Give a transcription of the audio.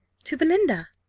to belinda!